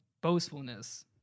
boastfulness